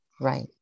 Right